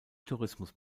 tourismus